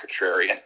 contrarian